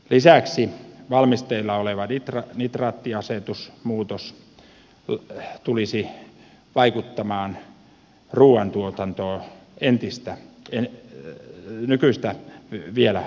lisäksi valmisteilla oleva nitraattiasetusmuutos tulisi vaikuttamaan ruuantuotantoon nykyistä vielä enemmän